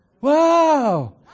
Wow